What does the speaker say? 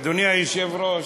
אדוני היושב-ראש,